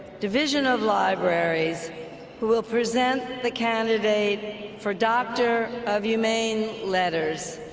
division of libraries who will present the candidate for doctor of humane letters.